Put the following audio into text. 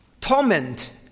torment